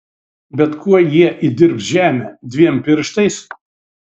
bet kuo jie įdirbs žemę dviem pirštais